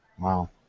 Wow